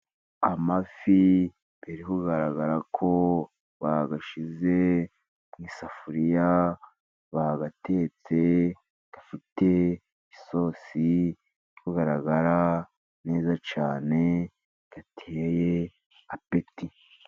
Amafi biri kugaragara ko bayashize mu isafuriya, bayatetse, afite isosi, biri kugaragara neza cyane, ateye apeti.